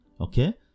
Okay